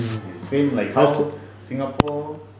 same like how singapore